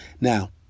Now